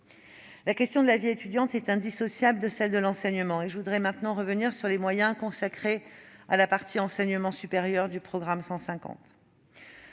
La question de la vie étudiante est indissociable de celle de l'enseignement. Je voudrais maintenant revenir sur les moyens consacrés, au sein du programme 150,